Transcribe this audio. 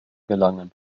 gelangen